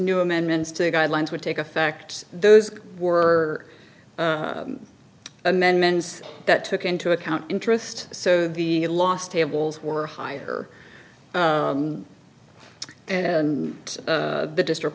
new amendments to the guidelines would take effect those were amendments that took into account interest so the last tables were higher and the district